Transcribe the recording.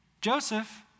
Joseph